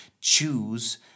Choose